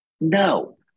No